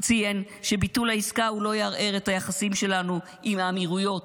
ציין שביטול העסקה לא יערער את היחסים שלנו עם האמירויות,